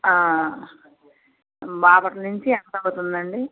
బాపట్ల నుంచి ఎంత అవుతుంది అండి